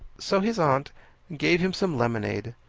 so his aunt gave him some lemonade,